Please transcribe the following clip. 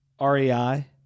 REI